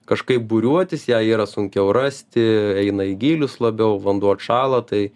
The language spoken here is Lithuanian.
kažkaip būriuotis ją yra sunkiau rasti eina į gylius labiau vanduo atšąla tai